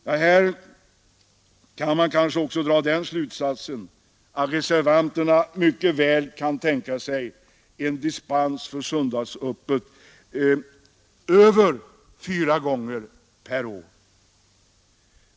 Ja, här kan man kanske också dra den slutsatsen att reservanterna mycket väl kan tänka sig en dispens för söndagsöppet som ges över fyra gånger per år.